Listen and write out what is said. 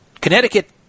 Connecticut